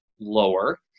lower